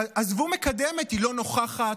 עזבו מקדמת, היא לא נוכחת.